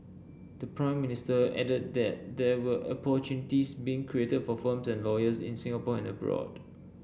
the Prime Minister added that there were opportunities being created for firms and lawyers in Singapore and abroad